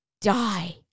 die